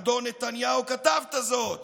אדון נתניהו, כתבת הזאת